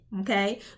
okay